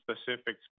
specifics